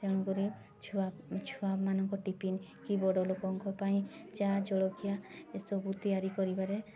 ତେଣୁକରି ଛୁଆ ଛୁଆମାନଙ୍କ ଟିପିନ୍ କି ବଡ଼ଲୋକଙ୍କ ପାଇଁ ଚା ଜଳଖିଆ ଏ ସବୁ ତିଆରି କରିବାରେ